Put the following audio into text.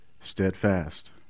steadfast